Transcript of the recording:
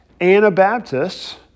Anabaptists